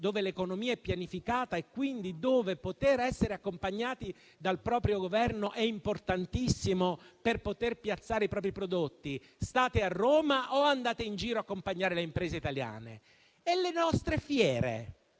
e l'economia è pianificata, quindi essere accompagnati dal proprio Governo è importantissimo per poter piazzare i propri prodotti? State a Roma o andate in giro ad accompagnare le imprese italiane? E le nostre fiere?